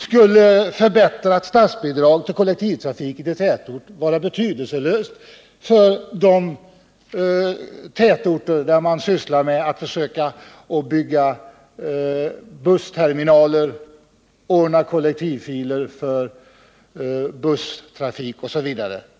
Skulle förbättrat statsbidrag till kollektivtrafiken i tätort vara betydelselöst för de tätorter där man sysslar med att försöka bygga bussterminaler, ordna kollektivfiler för busstrafik osv.?